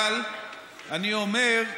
אבל אני אומר,